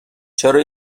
چرا